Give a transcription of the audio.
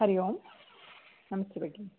हरि ओं नमस्ते भगिनि